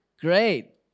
Great